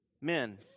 men